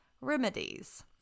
remedies